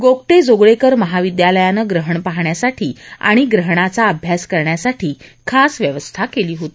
गोगटे जोगळेकर महाविद्यालयानं ग्रहण पाहण्यासाठी आणि ग्रहणाचा अभ्यास करण्यासाठी खास व्यवस्था केली होती